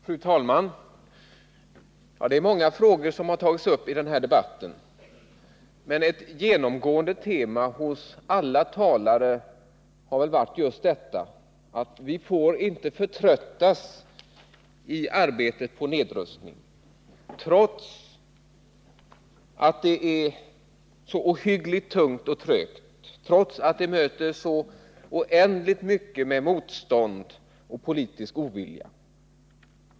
Fru talman! Det är många frågor som har tagits upp i den här debatten, men ett genomgående tema hos alla talare har varit just att vi inte får förtröttas i arbetet på nedrustning trots att det är så ohyggligt tungt och trögt och trots att det möter så oändligt mycket motstånd och politisk ovillighet.